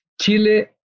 Chile